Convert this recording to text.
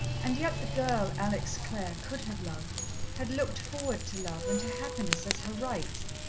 and yet the girl, alex clare, could have loved had looked forward to love and to happiness as her rights,